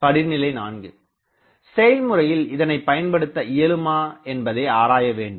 படிநிலை 4 செயல்முறையில் இதனைப்பயன்படுத்த இயலுமா என்பதை நாம் ஆராயவேண்டும்